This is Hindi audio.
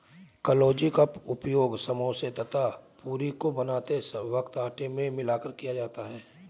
कलौंजी का उपयोग समोसा तथा पूरी को बनाते वक्त आटे में मिलाकर किया जाता है